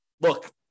look